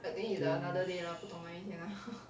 tuit~